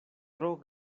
tro